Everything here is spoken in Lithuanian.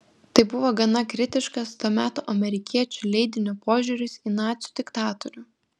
tai buvo gana kritiškas to meto amerikiečių leidinio požiūris į nacių diktatorių